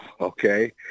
Okay